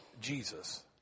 Jesus